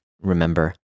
Remember